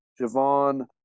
Javon